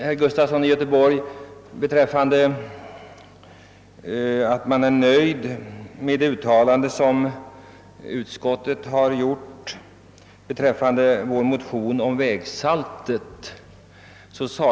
Herr Gustafson i Göteborg noterade att vi var nöjda med det uttalande som utskottet gjort i fråga om vår motion om vägsaltet.